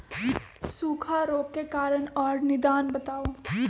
सूखा रोग के कारण और निदान बताऊ?